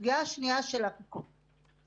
הסוגיה השנייה של הפיקוח,